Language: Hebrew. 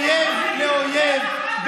אויב לאויב,